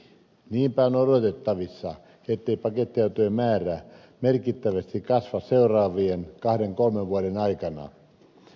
niinpä on odotettavissa ettei pakettiautojen määrä merkittävästi kasva seuraavien kahden kolmen vuoden aikana